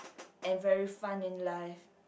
and very fun in life